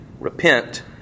Repent